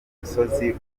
musozi